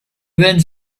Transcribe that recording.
went